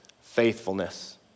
faithfulness